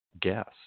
Guess